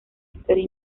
historia